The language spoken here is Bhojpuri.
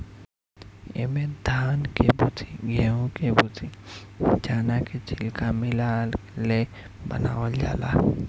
इमे धान के भूसी, गेंहू के भूसी, चना के छिलका मिला ले बनावल जाला